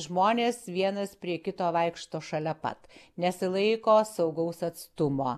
žmonės vienas prie kito vaikšto šalia pat nesilaiko saugaus atstumo